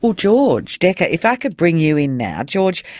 so george deka, if i could bring you in now. george,